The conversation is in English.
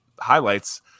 highlights